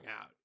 out